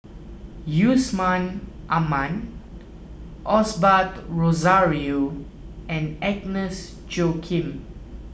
Yusman Aman Osbert Rozario and Agnes Joaquim